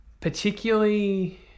particularly